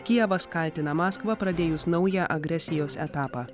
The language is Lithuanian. kijevas kaltina maskvą pradėjus naują agresijos etapą